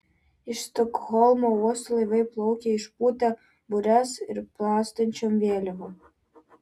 iš stokholmo uosto laivai plaukia išpūtę bures ir plastančiom vėliavom